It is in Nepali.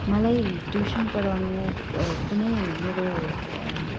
मलाई ट्युसन पढाउनु कुनै मेरो